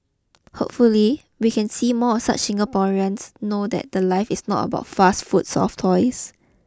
hopefully we can see more of such Singaporeans know that the life is not about fast food soft toys